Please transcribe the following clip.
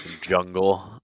jungle